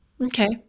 Okay